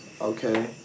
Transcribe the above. Okay